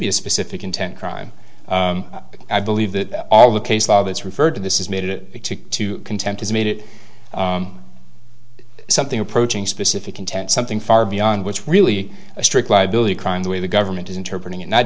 be a specific intent crime i believe that all the case law is referred to this is made it to content is made it something approaching specific content something far beyond what's really a strict liability crime the way the government is interpret it not